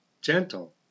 gentle